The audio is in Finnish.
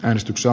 äänestyksiä